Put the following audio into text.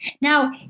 now